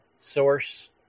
source